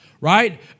right